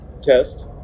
test